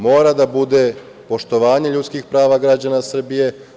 Mora da bude poštovanje ljudskih prava građana Srbije.